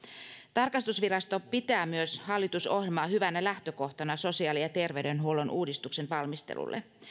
tarkastusvirasto pitää myös hallitusohjelmaa hyvänä lähtökohtana sosiaali ja terveydenhuollon uudistuksen valmistelulle